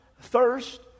thirst